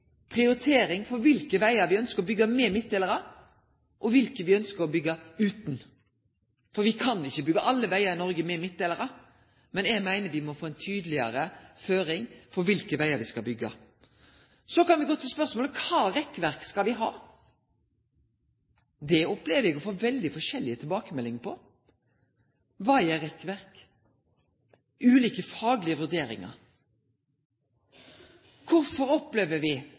prioritering for kva for vegar me ønskjer å byggje med midtdelarar, og kva for vegar me ønskjer å byggje utan. For me kan ikkje byggje alle vegar i Noreg med midtdelarar. Men eg meiner me må få ei tydelegare føring for kva for vegar me skal byggje. Så kan me gå til spørsmålet: Kva for rekkverk skal vi ha? Det opplever eg å få veldig forskjellige tilbakemeldingar på. Vaierrekkverk? Det er ulike faglege